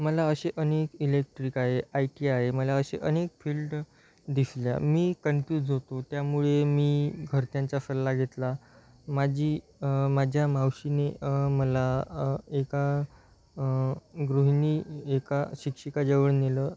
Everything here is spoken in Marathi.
मला असे अनेक इलेक्ट्रिक आहे आयकीआय आहे मला असे अनेक फील्ड दिसल्या मी कन्प्यूज होतो त्यामुळे मी घरच्यांचा सल्ला घेतला माझी माझ्या मावशीने मला एका गृहिणी एका शिक्षिकाजवळ नेलं